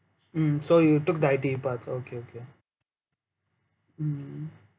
mm so you took the I_T_E path okay okay mm